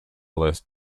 painter